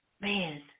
man